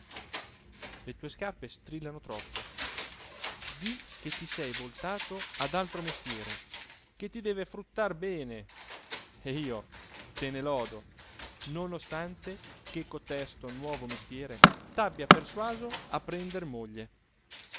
le tue scarpe strillano troppo di che ti sei voltato ad altro mestiere che ti deve fruttar bene e io te ne lodo non ostante che cotesto nuovo mestiere t'abbia persuaso a prender moglie